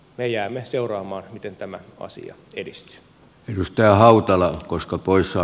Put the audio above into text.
me jäämme seuraamaan miten tämä asia edistyy